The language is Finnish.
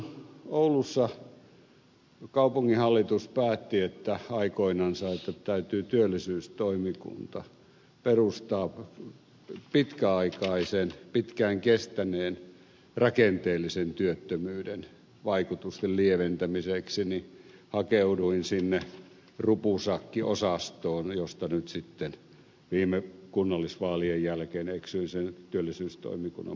kun sitten oulussa kaupunginhallitus päätti aikoinansa että täytyy työllisyystoimikunta perustaa pitkään kestäneen rakenteellisen työttömyyden vaikutusten lieventämiseksi niin hakeuduin sinne rupusakkiosastoon josta nyt sitten viime kunnallisvaalien jälkeen eksyin työllisyystoimikunnan puheenjohtajaksi